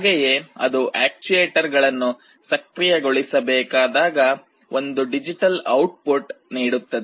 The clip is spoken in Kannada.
ಹಾಗೆಯೇ ಅದು ಆಕ್ಟುಏಟರ್ಗಳನ್ನು ಸಕ್ರಿಯಗೊಳಿಸಬೇಕಾದಾಗ ಒಂದು ಡಿಜಿಟಲ್ ಔಟ್ಪುಟ್ ನೀಡುತ್ತದೆ